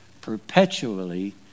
perpetually